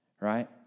right